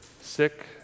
sick